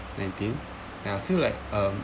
nineteen and I feel like um